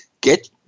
get –